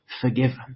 forgiven